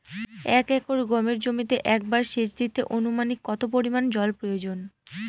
এক একর গমের জমিতে একবার শেচ দিতে অনুমানিক কত পরিমান জল প্রয়োজন?